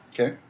Okay